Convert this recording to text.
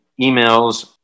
emails